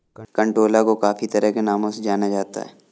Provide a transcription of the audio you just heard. कंटोला को काफी तरह के नामों से जाना जाता है